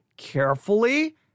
carefully